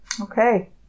Okay